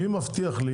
מי מבטיח לי